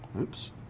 Oops